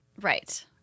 right